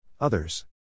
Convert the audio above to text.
others